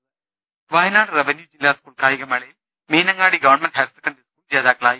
് വയനാട് റവന്യൂ ജില്ലാ സ്കൂൾ കായികമേളയിൽ Meenangadi government higher secondary school ജേതാക്കളായി